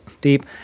deep